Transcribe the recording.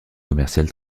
commercial